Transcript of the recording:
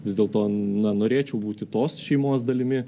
vis dėlto na norėčiau būti tos šeimos dalimi